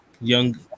young